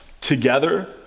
together